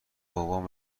بابام